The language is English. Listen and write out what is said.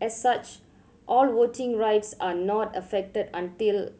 as such all voting rights are not affected until